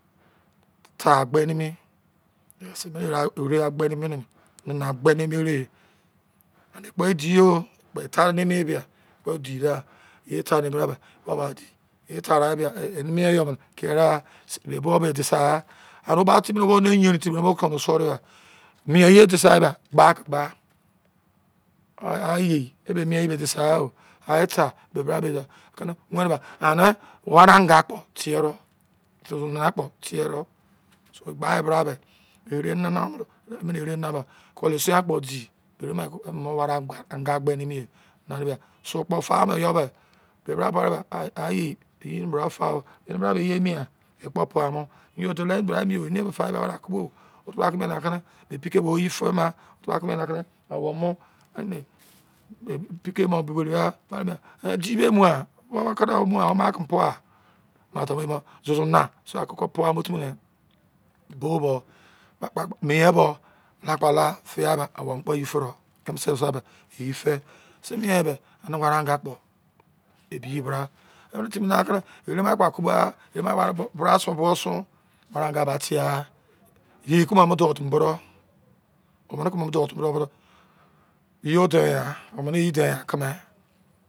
Ta agbe nimi yes mi ere agbemini, nana agbe nimi eree. Andi, ekpo e di yo. Kpo e tari nimi e bia. E kpo idi da, ye i tari emi bra ba, e kpo ba di. Ye i tarigha eb. Eni mien yo mini kurigha. Ne bo be i disegha. Are wo ba timi ne oboni yenrin timi bo keni o suo yi dea ba, mjen eye e disegha ba, gba ki gba. ah yei, e be mien eyi be. i disegha o. Ah i ta, be bra, be bra. anii wari angaa kpo tie do. Zozo naa kpo tie do. So i gba yi bra be, ere nana mini, emini ere nana ma, koli-esiaan kpo di. Bi ere ma ki i momo wari anga agbe nimi ye. Na de bia, su kpo fa de yo be, be bra pa de bia, ah i yei, eyi ini braa fa o. Eni bra be eyi emi yan? E kpo puamo. Yingo, dolo ini bra a emi yo. Eniye be fae bia, weri aki bo o. Wo te bra ki ni aki ni be oikei bo wo eyi fima? Wo ma kimi pua? Ma tama yeimo zozo na. So, a koko pou a mu timi ne, boo ba, mien bbo, ala kpo alagha aeou mo kpo, eyi fi do kinise bisi brabe, eyi fi. Bisi mien yi be, ani wari angaa kpo ebi eyi bra. Eri timi ni akiri, erema kpo aki bogha. Erema bra-sun, buo-sun, war! Angaa ba tiegha. Yei kumo mudou timi bo do. Omini ki mo mu dou timi bo do, bodo. Eyi o deinghan. Omini eyi deinghan kimi.